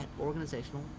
organizational